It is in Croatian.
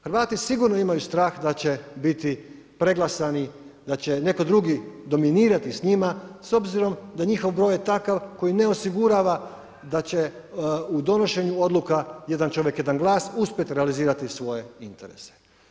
Hrvati sigurno imaju strah da će biti preglasani, da će netko drugi dominirati s njima s obzirom da njihov broj je takav koji ne osigurava da će u donošenju odluka jedan čovjek – jedan glas uspjeti realizirati svoje interese.